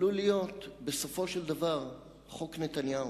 עלול להיות בסופו של דבר חוק נתניהו.